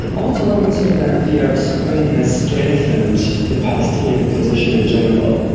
also i would say that the arab spring has strengthened the palestinian position in general.